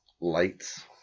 lights